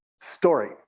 story